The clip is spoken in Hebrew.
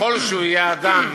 ככל שהוא יהיה אדם,